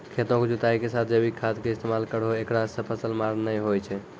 खेतों के जुताई के साथ जैविक खाद के इस्तेमाल करहो ऐकरा से फसल मार नैय होय छै?